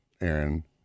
Aaron